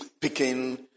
picking